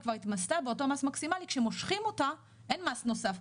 כבר התמסתה באותו מס מקסימלי כשמושכים אותה אין מס נוסף,